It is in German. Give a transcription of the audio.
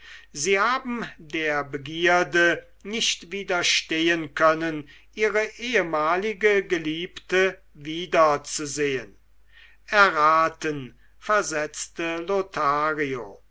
sie haben der begierde nicht widerstehen können ihre ehemalige geliebte wiederzusehen erraten versetzte lothario